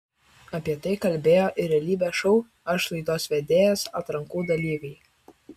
apie tai kalbėjo ir realybės šou aš laidos vedėjas atrankų dalyviai